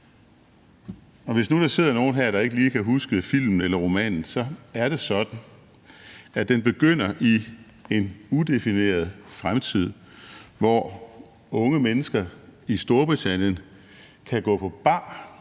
Hvis nu der sidder nogen her, der ikke lige kan huske filmen eller romanen, så er det sådan, at den foregår i en udefineret fremtid, hvor unge mennesker i Storbritannien kan gå på bar